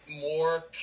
more